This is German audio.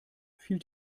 fiel